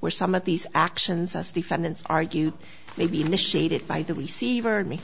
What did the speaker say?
where some of these actions as defendants argue may be initiated by the receiver me